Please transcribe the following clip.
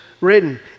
written